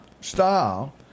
style